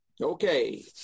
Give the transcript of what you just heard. okay